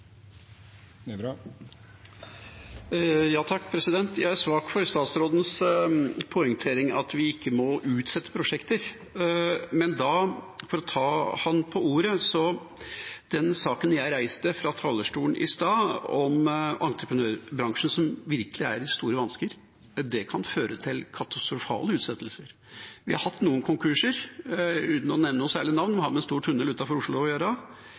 svak for statsrådens poengtering av at vi ikke må utsette prosjekter, men for å ta han på ordet: Jeg reiste en sak fra talerstolen i stad om entreprenørbransjen som virkelig er i store vansker. Det kan føre til katastrofale utsettelser. Vi har hatt noen konkurser, uten å nevne navn. Det har med en stor tunnel utenfor Oslo å gjøre,